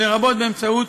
לרבות באמצעות